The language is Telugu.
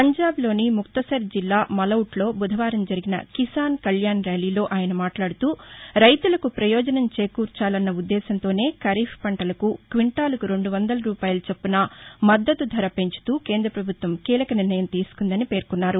పంజాబ్లోని ముక్తసర్ జిల్లా మలౌట్లో బుధవారం జరిగిన కిసాన్ కళ్యాణ్ ర్యాలీలో ఆయన మాట్లాడుతూ రైతులకు ప్రయోజనం చేకూర్చాలన్న ఉద్దేశ్యంతోనే ఖరీఫ్ పంటలకు క్వింటాలుకు రెండు వందల రూపాయల చొప్పున మద్దతు ధర పెంచుతూ కేంద ప్రభుత్వం కీలక నిర్ణయం తీసుకుందని పేర్కొన్నారు